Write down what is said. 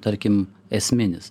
tarkim esminis